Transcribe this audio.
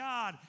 God